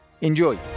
Enjoy